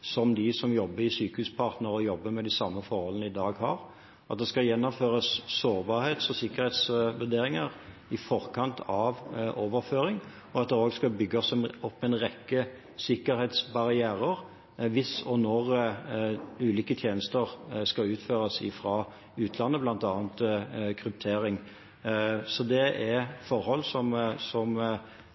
som de som jobber i Sykehuspartner og jobber med de samme forholdene, i dag har, at det skal gjennomføres sårbarhets- og sikkerhetsvurderinger i forkant av overføring, og at det også skal bygges opp en rekke sikkerhetsbarrierer hvis og når ulike tjenester skal utføres fra utlandet, bl.a. kryptering. Det er forhold som